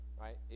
right